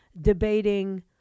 debating